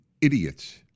idiots